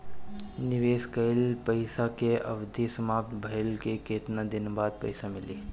निवेश कइल पइसा के अवधि समाप्त भइले के केतना दिन बाद पइसा मिली?